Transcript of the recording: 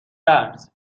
درس